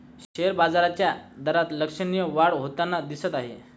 share बाजाराच्या दरात लक्षणीय वाढ होताना दिसत आहे